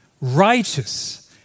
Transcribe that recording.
righteous